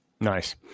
Nice